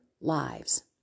lives